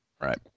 right